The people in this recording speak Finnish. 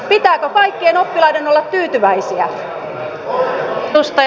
pitääkö kaikkien oppilaiden olla tyytyväisiä